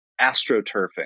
astroturfing